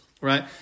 right